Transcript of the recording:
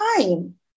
time